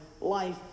life